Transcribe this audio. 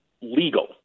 legal